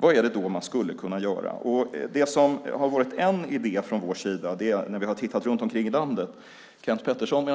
Vad skulle då kunna göras? Ja, vi har tittat på hur det ser ut runt om i landet. Kenth Pettersson